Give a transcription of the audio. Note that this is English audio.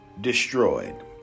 destroyed